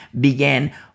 began